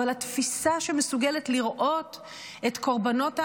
אבל התפיסה שמסוגלת לראות את קורבנות העבירה,